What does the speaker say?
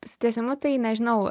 su tęsimu tai nežinau